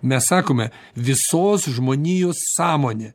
mes sakome visos žmonijos sąmonė